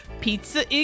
pizza